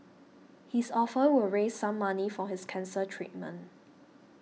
his offer will raise some money for his cancer treatment